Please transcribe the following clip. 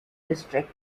district